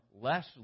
less